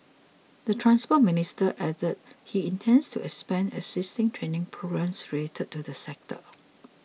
the Transport Minister added he intends to expand existing training programmes related to the sector